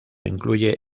incluye